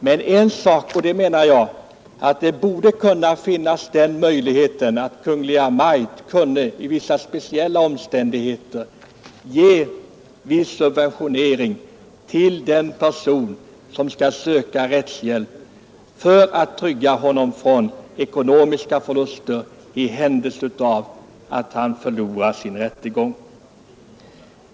Jag anser dock att det borde finnas möjlighet för Kungl. Maj:t att under speciella omständigheter ge viss subventionering till den person som skall söka rättshjälp för att säkra honom från ekonomiska förluster i den händelse han förlorar rättegången.